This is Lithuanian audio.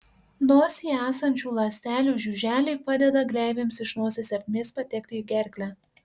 nosyje esančių ląstelių žiuželiai padeda gleivėms iš nosies ertmės patekti į gerklę